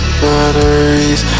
batteries